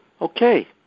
Okay